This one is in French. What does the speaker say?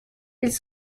ils